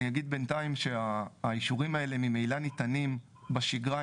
אני אגיד בינתיים שהאישורים האלה ממילא ניתנים בשגרה,